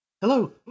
hello